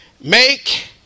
make